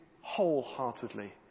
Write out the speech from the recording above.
wholeheartedly